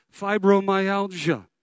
fibromyalgia